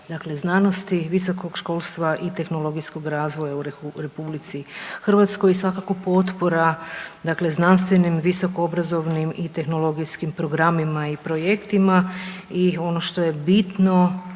znanosti, visokog školstva i tehnologijskog razvoja u RH i svakako potpora znanstvenim, visokoobrazovnim i tehnologijskim programima i projektima. I ono što je bitno